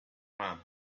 man